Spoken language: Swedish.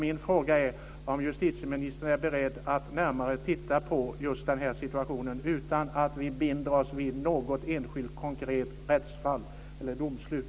Min fråga är om justitieministern är beredd att närmare titta på just den här situationen - utan att vi binder oss vid något enskilt konkret rättsfall eller domslut.